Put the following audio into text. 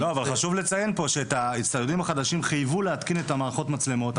אבל חשוב לציין שאת האצטדיונים החדשים חייבו להתקין את מערכות המצלמות.